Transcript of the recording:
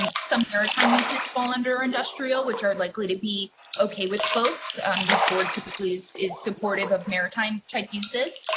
um some maritime uses fall under industrial, which are likely to be okay with folks on this board typically is is supportive of maritime type uses,